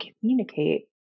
communicate